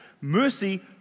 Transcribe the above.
Mercy